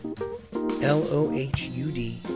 L-O-H-U-D